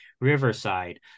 Riverside